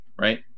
Right